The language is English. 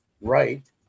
right